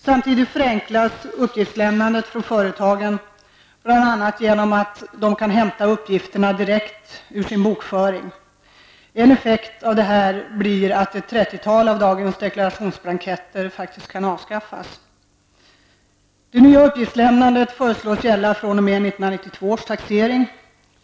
Samtidigt förenklas uppgiftslämnandet från företagen, bl.a. genom att de kan hämta uppgifterna direkt ur sin bokföring. En effekt av detta blir att ett trettiotal av dagens deklarationsblanketter kan avskaffas. 1992 års taxering.